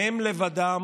דואגת רק לעצמה.